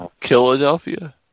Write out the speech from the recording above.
Philadelphia